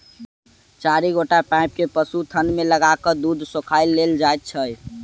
चारि गोट पाइप के पशुक थन मे लगा क दूध सोइख लेल जाइत छै